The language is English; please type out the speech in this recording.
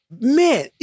Man